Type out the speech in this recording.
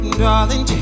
darling